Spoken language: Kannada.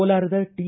ಕೋಲಾರದ ಟಿ